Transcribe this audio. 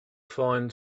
find